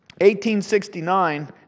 1869